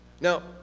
Now